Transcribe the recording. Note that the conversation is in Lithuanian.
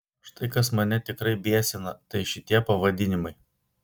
štai kas mane tikrai biesina tai šitie pavadinimai